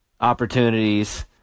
opportunities